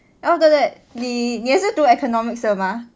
then after that 你也是读 economics 的 mah